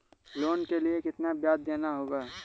Loan के लिए कितना ब्याज देना होगा?